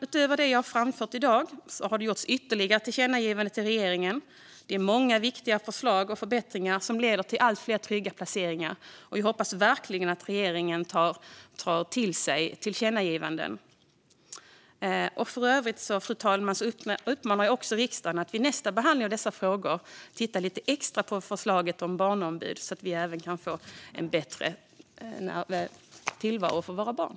Utöver det jag har framfört i dag har det gjorts ytterligare tillkännagivanden till regeringen. Det är många viktiga förslag och förbättringar som leder till fler trygga placeringar, och vi hoppas verkligen att regeringen tar till sig tillkännagivandena. För övrigt uppmanar jag riksdagen att vid nästa behandling av dessa frågor titta lite extra på förslaget om barnombud, så att vi även kan få en bättre tillvaro för våra barn.